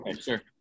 Sure